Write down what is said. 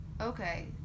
Okay